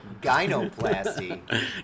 gynoplasty